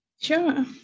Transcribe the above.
Sure